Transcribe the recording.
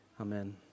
Amen